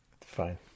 Fine